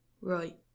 Right